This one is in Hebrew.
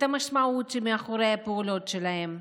את המשמעות שמאחורי הפעולות שלהם.